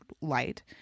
Light